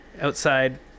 outside